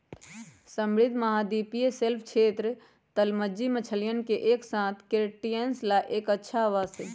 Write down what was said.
समृद्ध महाद्वीपीय शेल्फ क्षेत्र, तलमज्जी मछलियन के साथसाथ क्रस्टेशियंस ला एक अच्छा आवास हई